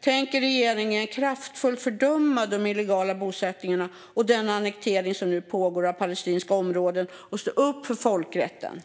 Tänker regeringen kraftfullt fördöma de illegala bosättningar och den annektering av palestinska områden som nu pågår samt stå upp för folkrätten?